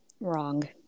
wrong